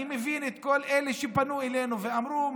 אני מבין את כל אלה שפנו אלינו ואמרו,